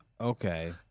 Okay